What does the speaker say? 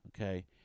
Okay